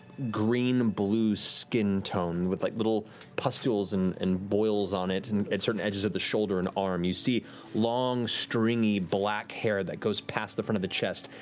green-blue skin tone with like little pustules and and boils on it, and at the sort of edges of the shoulder and arm. you see long stringy black hair that goes past the front of the chest.